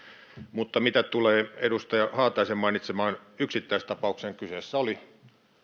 mitä tulee edustaja haataisen mainitsemaan yksittäistapaukseen kyseessä oli